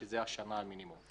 שזה שנה מינימום?